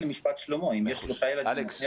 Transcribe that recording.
מגיעות למשפט שלמה אם יש שלושה ילדים,